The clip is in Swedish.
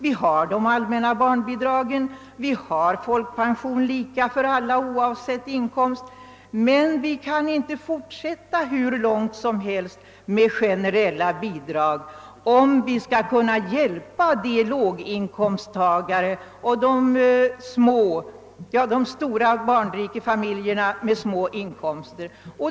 Vi har de allmänna barnbidragen och vi har folkpensionen, som utgår lika för alla oavsett inkomst, men vi kan inte fortsätta hur långt som helst med generella bidrag, om vi skall kunna hjälpa låginkomsttagare och de barnrika familjerna med små inkomster.